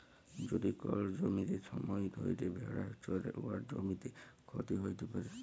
যদি কল জ্যমিতে ছময় ধ্যইরে ভেড়া চরহে উয়াতে জ্যমির ক্ষতি হ্যইতে পারে